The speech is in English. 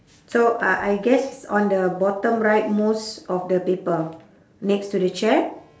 so uh I guess it's on the bottom right most of the paper next to the chair